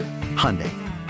Hyundai